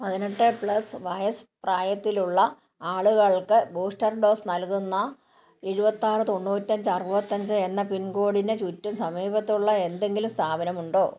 പതിനെട്ട് പ്ലസ് വയസ്സ് പ്രായത്തിലുള്ള ആളുകൾക്ക് ബൂസ്റ്റർ ഡോസ് നൽകുന്ന എഴുപത്താറ് തൊണ്ണൂറ്റഞ്ച് അറുപത്തഞ്ച് എന്ന പിൻകോഡിന് ചുറ്റും സമീപത്തുള്ള എന്തെങ്കിലും സ്ഥാപനമുണ്ടോ